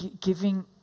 giving